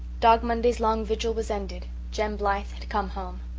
dog monday's long vigil was ended. jem blythe had come home.